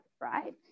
right